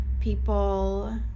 People